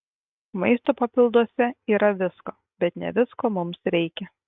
maisto papilduose yra visko bet ne visko mums reikia